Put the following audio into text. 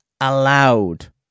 allowed